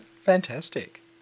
Fantastic